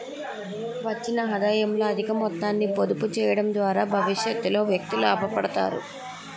వచ్చిన ఆదాయంలో అధిక మొత్తాన్ని పొదుపు చేయడం ద్వారా భవిష్యత్తులో వ్యక్తులు లాభపడతారు